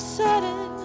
sudden